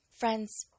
Friends